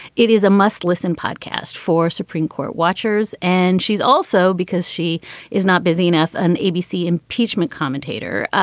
it is a must listen podcast for supreme court watchers. and she's also because she is not busy enough, an abc impeachment commentator.